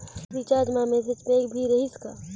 Recharge मा message pack भी रही का?